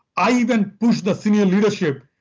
i even push the senior leadership,